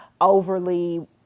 overly